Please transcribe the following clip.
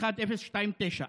אמסור לך את התשובה,